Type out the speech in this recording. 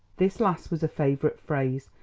this last was a favourite phrase,